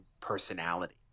personality